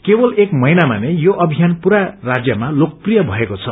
केवल एक महीनामा नै यो अभियान पूरा रान्यमा लोकप्रिय भएको छ